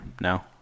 Now